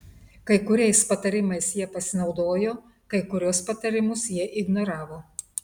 kai kuriais patarimais jie pasinaudojo kai kuriuos patarimus jie ignoravo